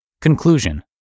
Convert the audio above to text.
Conclusion